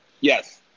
Yes